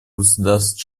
государств